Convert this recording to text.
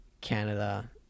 canada